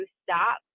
stop